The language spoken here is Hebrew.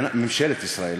ממשלת ישראל,